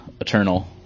Eternal